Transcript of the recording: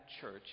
Church